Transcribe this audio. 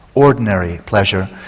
ordinary pleasure.